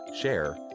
share